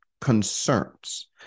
concerns